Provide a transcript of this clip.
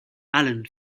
allen